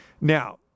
Now